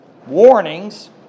Warnings